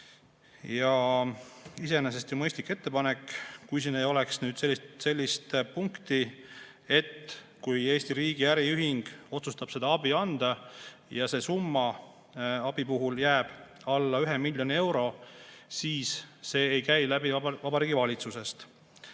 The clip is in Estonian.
Iseenesest ju mõistlik ettepanek, kui siin ei oleks sellist punkti, et kui Eesti riigi äriühing otsustab seda abi anda ja see summa abi puhul jääb alla 1 miljoni euro, siis see ei käi läbi Vabariigi Valitsusest.